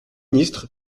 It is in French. ministre